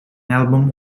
album